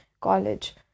college